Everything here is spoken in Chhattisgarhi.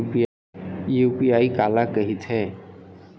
यू.पी.आई काला कहिथे?